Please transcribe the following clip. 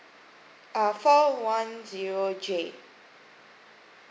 uh four one zero J